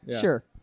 sure